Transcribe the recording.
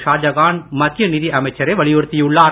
ஷாஜகான் மத்திய நிதி அமைச்சரை வலியுறுத்தியுள்ளார்